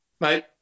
mate